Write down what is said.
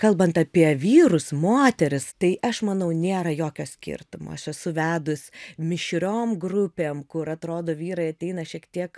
kalbant apie vyrus moteris tai aš manau nėra jokio skirtumo aš esu vedus mišriom grupėm kur atrodo vyrai ateina šiek tiek